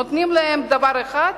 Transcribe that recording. נותנים להם דבר אחד,